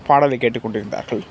பாடலை கேட்டுக்கொண்டிருந்தார்கள்